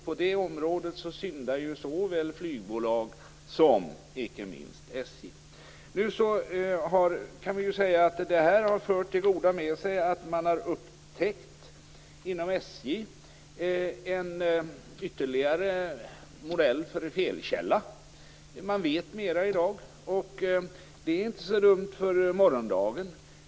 På det området syndar såväl flygbolag som icke minst Det här har ändå fört det goda med sig att man inom SJ har upptäckt ytterligare en modell för en felkälla. Man vet mer i dag, och det är inte så dumt för morgondagen.